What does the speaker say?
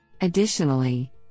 Additionally